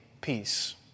peace